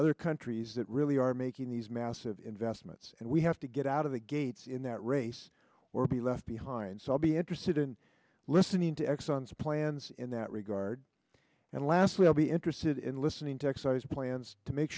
other countries that really are making these massive investments and we have to get out of the gates in that race or be left behind so i'll be interested in listening to exxon's plans in that regard and lastly i'll be interested in listening to excise plans to make